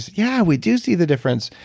yeah, we do see the difference,